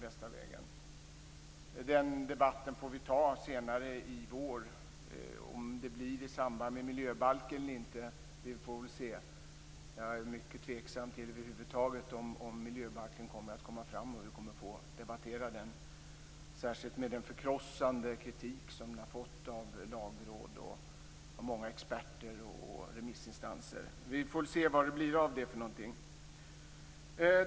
Den debatten får vi ta senare i vår. Om det blir i samband med miljöbalken eller inte får vi väl se. Jag är mycket tveksam till om miljöbalken över huvud taget kommer fram så att vi får debattera den, särskilt med den förkrossande kritik som den har fått av Lagrådet, många experter och remissinstanser. Vi får se vad det blir av det.